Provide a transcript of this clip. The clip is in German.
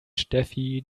steffi